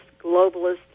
globalist